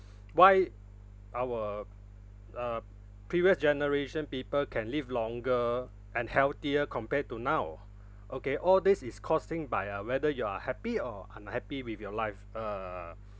why our uh previous generation people can live longer and healthier compare to now okay all this is causing by uh whether you are happy or unhappy with your life err